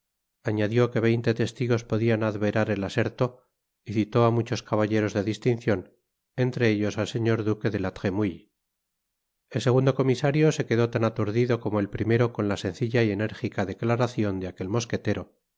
añadió que veinte testigos podian adverar el aserto y citó á muc'aos caballeros de distincion entre ellos al señor duque de la tremouille el segundo comisario se quedó tan aturdido como el primero con la sencilla y enérgica declaracion de aquel mosquetero de